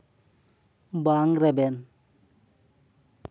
ᱵᱟᱝ ᱨᱮᱵᱮᱱ